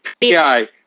PI